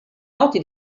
noti